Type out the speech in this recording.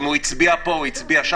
אם הצביע פה או שם,